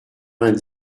vingt